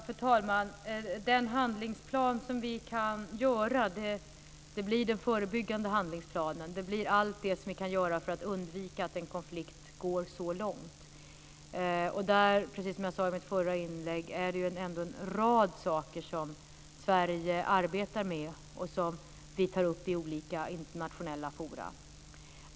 Fru talman! Den handlingsplan vi kan göra blir en förebyggande handlingsplan. Det blir allt det vi kan göra för att undvika att en konflikt går så långt. Precis som jag sade i mitt förra inlägg är det ändå en rad saker som Sverige arbetar med och som vi tar upp i olika internationella forum.